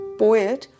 poet